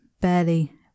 barely